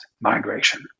migration